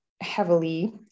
heavily